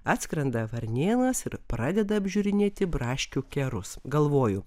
atskrenda varnėnas ir pradeda apžiūrinėti braškių kerus galvoju